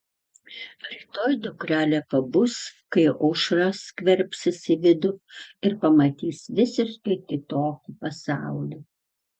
rytoj dukrelė pabus kai aušra skverbsis į vidų ir pamatys visiškai kitokį pasaulį